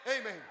amen